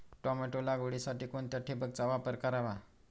Tomato लागवडीसाठी कोणत्या ठिबकचा वापर करावा?